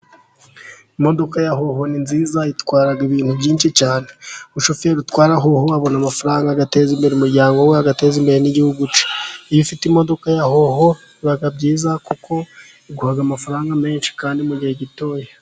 Imodoka ya Hoho ni nziza itwara ibintu byinshi cyane. Umushoferi utwara Hoho abona amafaranga agateza imbere umuryango we, agateza imbere n'igihugu cye. Iyo ufite imodoka ya Hoho biba byiza kuko iguha amafaranga menshi kandi mu gihe gitoya.